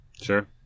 Sure